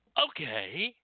Okay